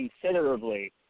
considerably –